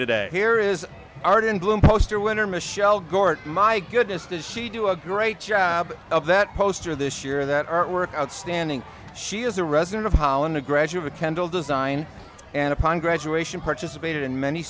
today here is art in bloom poster winner michelle gort my goodness did she do a great job of that poster this year that artwork outstanding she is a resident of holland a graduate of kendal design and upon graduation participated in many